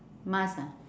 must ah